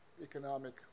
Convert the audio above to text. Economic